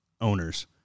owners